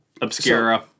Obscura